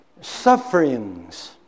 sufferings